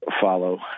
follow